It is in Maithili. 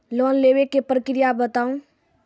लोन लेवे के प्रक्रिया बताहू?